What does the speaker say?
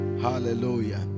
Hallelujah